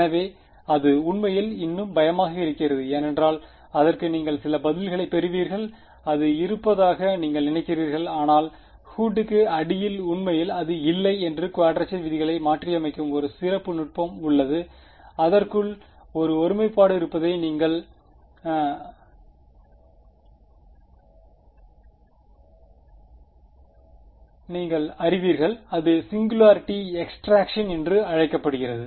எனவே அது உண்மையில் இன்னும் பயமாக இருக்கிறது ஏனென்றால் அதற்கு நீங்கள் சில பதில்களைப் பெறுவீர்கள் அது இருப்பதாக நீங்கள் நினைக்கிறீர்கள் ஆனால் ஹூட் கு அடியில் உண்மையில் அது இல்லை என்று குவாட்ரச்சர் விதிகளை மாற்றியமைக்கும் ஒரு சிறப்பு நுட்பம் உள்ளது அதற்குள் ஒரு ஒருமைப்பாடு இருப்பதை நீங்கள் அறிவீர்கள் அது சிங்குலாரிட்டி எக்ஸ்ட்ராக்க்ஷன் என்று அழைக்கப்படுகிறது